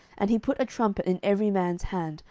and he put a trumpet in every man's hand,